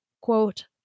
quote